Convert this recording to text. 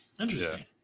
Interesting